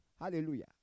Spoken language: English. Hallelujah